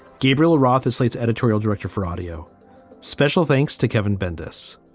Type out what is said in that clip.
gabriel roth is slate's editorial director for audio special thanks to kevin bendis.